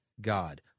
God